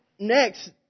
Next